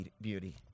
beauty